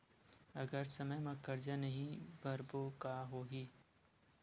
अगर समय मा कर्जा नहीं भरबों का होई?